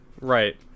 Right